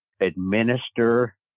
administer